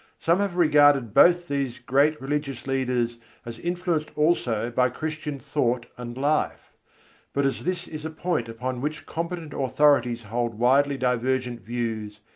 some have regarded both these great religious leaders as influenced also by christian thought and life but as this is a point upon which competent authorities hold widely divergent views,